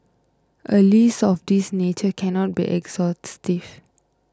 a list of this nature cannot be exhaustive